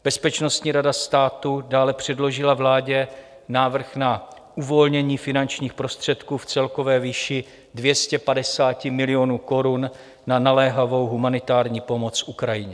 Bezpečnostní rada státu dále předložila vládě návrh na uvolnění finančních prostředků v celkové výši 250 milionů korun na naléhavou humanitární pomoc Ukrajině.